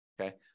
okay